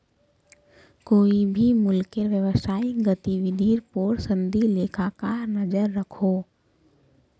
कोए भी मुल्केर व्यवसायिक गतिविधिर पोर संदी लेखाकार नज़र रखोह